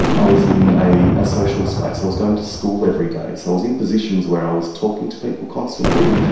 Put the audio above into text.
i was in a ah social space, i was going to school every day, so i was in positions where i was talking to people constantly,